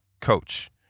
coach